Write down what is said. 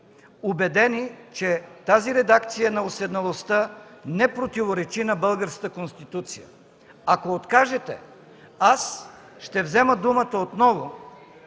убедени, че тази редакция на уседналостта не противоречи на Българската конституция. Ако откажете, аз ще взема думата отново